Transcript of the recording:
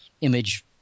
image